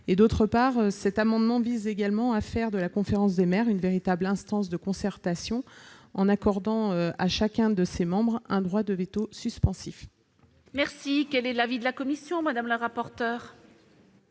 Deuxièmement, cet amendement vise à faire de la conférence des maires une véritable instance de concertation en accordant à chacun de ses membres un droit de veto suspensif. Quel est l'avis de la commission ? Notre